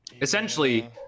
essentially